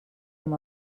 amb